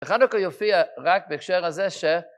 חנוכה יופיע רק בהקשר הזה ש...